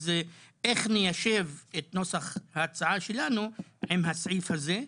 אז איך ניישב את נוסח ההצעה שלנו עם הסעיף הזה?